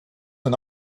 and